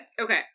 Okay